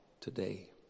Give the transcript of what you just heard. today